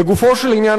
לגופו של עניין,